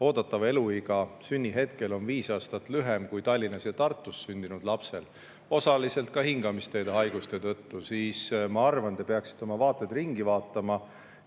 eeldatav eluiga sünnihetkel on viis aastat lühem kui Tallinnas või Tartus sündinud lapsel, osaliselt ka hingamisteede haiguste tõttu, siis ehk peaksite oma vaateid muutma